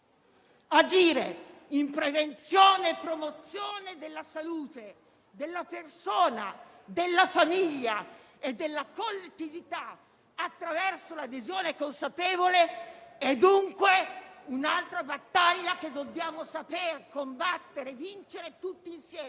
Agire in prevenzione e promozione della salute della persona, della famiglia e della collettività attraverso l'adesione consapevole è dunque un'altra battaglia che dobbiamo saper combattere e vincere tutti insieme